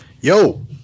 Yo